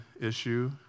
issue